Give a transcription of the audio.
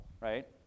right